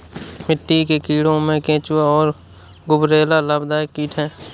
मिट्टी के कीड़ों में केंचुआ और गुबरैला लाभदायक कीट हैं